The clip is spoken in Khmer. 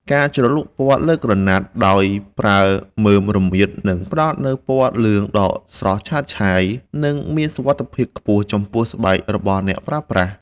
ការជ្រលក់ពណ៌លើក្រណាត់ដោយប្រើមើមរមៀតនឹងផ្ដល់នូវពណ៌លឿងដ៏ស្រស់ឆើតឆាយ និង មានសុវត្ថិភាពខ្ពស់ចំពោះស្បែករបស់អ្នកប្រើប្រាស់។